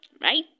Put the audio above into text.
right